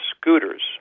scooters